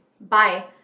bye